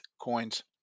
coins